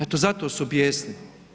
Eto zato su bijesni.